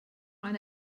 eine